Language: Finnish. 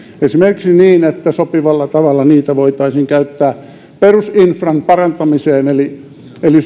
esimerkiksi niin että sopivalla tavalla niitä voitaisiin käyttää perusinfran parantamiseen eli eli